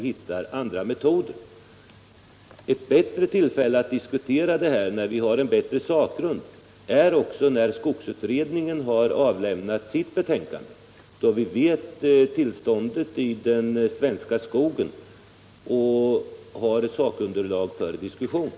Ett bättre tillfälle att diskutera den här frågan får vi när skogsutredningen har avlämnat sitt betänkande. Då vet vi hurdant tillståndet i den svenska skogen är och har ett bättre sakunderlag för diskussionen.